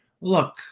look